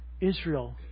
Israel